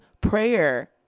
prayer